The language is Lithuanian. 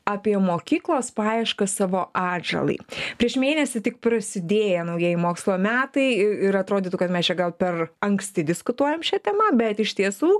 apie mokyklos paieškas savo atžalai prieš mėnesį tik prasidėję naujieji mokslo metai ir atrodytų kad mes čia gal per anksti diskutuojam šia tema bet iš tiesų